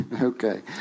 Okay